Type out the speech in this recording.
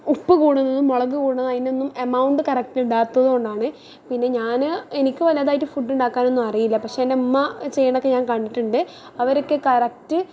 ഉപ്പ് കൂടുന്നതും മുളക് കൂടുന്നതും അതിനൊന്നും എമൗണ്ട് കറക്റ്റ് ഇടാത്തത് കൊണ്ടാണ് പിന്നെ ഞാൻ എനിക്ക് വലുതായിട്ട് ഫുഡണ്ടാക്കാനൊന്നും അറിയില്ല പക്ഷേ എൻ്റെ ഉമ്മ ചെയ്യണതൊക്കെ ഞാൻ കണ്ടിട്ടുണ്ട് അവരക്കെ കറക്റ്റ്